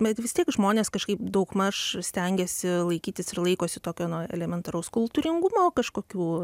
bet vis tiek žmonės kažkaip daugmaž stengiasi laikytis ir laikosi tokio nu elementaraus kultūringumo kažkokių